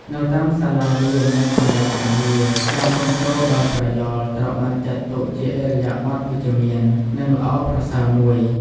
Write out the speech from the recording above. នៅតាមសាលារៀន និងកន្លែងការងារ ការគាំទ្រដោយប្រយោលត្រូវបានចាត់ទុកជាឥរិយាបថវិជ្ជមាន និងល្អប្រសើរមួយ។